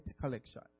collection